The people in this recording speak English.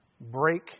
break